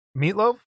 Meatloaf